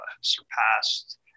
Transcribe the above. surpassed